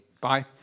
Bye